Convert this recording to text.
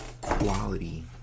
quality